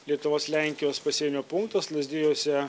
lietuvos lenkijos pasienio punktas lazdijuose